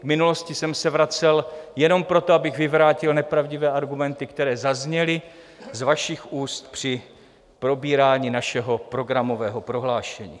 K minulosti jsem se vracel jenom proto, abych vyvrátil nepravdivé argumenty, které zazněly z vašich úst při probírání našeho programového prohlášení.